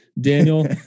Daniel